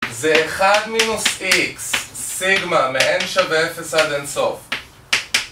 זה אחד מינוס X, סיגמא, מעין שווה אפס עד אין סוף.